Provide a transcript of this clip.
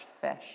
fish